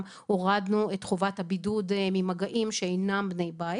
הורדנו את חובת הבידוד ממגעים שאינם בני בית